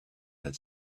had